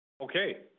Okay